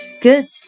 Good